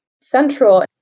central